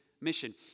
mission